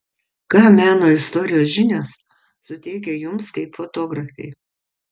ką meno istorijos žinios suteikia jums kaip fotografei